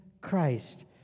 Christ